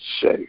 safe